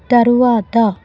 తరువాత